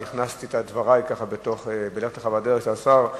אבל הכנסתי את דברי בדברי השר,